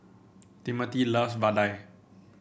Timothy loves vadai